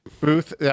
Booth